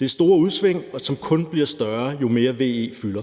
Det er store udsving, som kun bliver større, jo mere VE fylder.